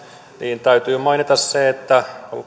niin täytyy mainita se että